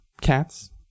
cats